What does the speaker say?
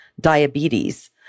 diabetes